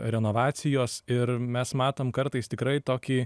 renovacijos ir mes matom kartais tikrai tokį